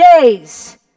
days